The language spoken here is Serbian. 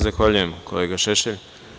Zahvaljujem, kolega Šešelj.